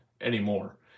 anymore